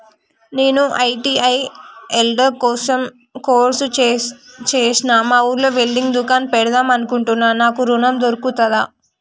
నేను ITI welder course చేశ్న మా ఊర్లో వెల్డింగ్ దుకాన్ పెడదాం అనుకుంటున్నా నాకు ఋణం దొర్కుతదా?